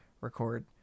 record